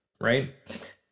Right